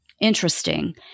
Interesting